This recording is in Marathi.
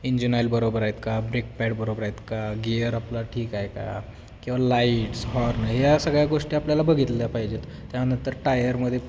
इंजिन ऑईल बरोबर आहेतत का ब्रेक पॅड बरोबर आहेत तर का गियर आपला ठीक आहे का किंवा लाईट्स हॉर्न या सगळ्या गोष्टी आपल्याला बघितल्या पाहिजेत त्यानंतर टायरमध्ये